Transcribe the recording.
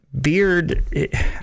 Beard